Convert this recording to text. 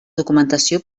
documentació